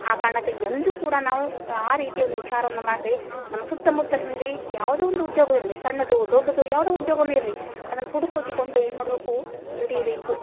ಆ ಕಾರಣಕ್ಕಾಗಿ ಎಂದು ಕೂಡ ನಾವು ಆ ರೀತಿ ಒಂದು ವಿಚಾರವನ್ನ ಮಾಡದೇ ನಮ್ಮ ಸುತ್ತ ಮುತ್ತಲಲ್ಲಿ ಯಾವುದೋ ಒಂದು ಉದ್ಯೋಗ ಇರಲಿ ಸಣ್ಣದೋ ದೊಡ್ದದೋ ಯಾವುದೋ ಉದ್ಯೋಗವನ್ನ ಇರಲಿ ಅದನ್ನ ಹುಡುಕುಕಿಕೊಂಡು ಏನು ಮಾಡಬೇಕು ದುಡಿಯಬೇಕು